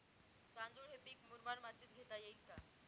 तांदूळ हे पीक मुरमाड मातीत घेता येईल का?